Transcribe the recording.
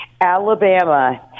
alabama